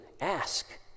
ask